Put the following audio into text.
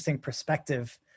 perspective